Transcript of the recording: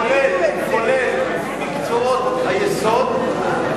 כולל מקצועות היסוד,